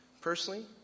Personally